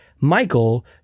Michael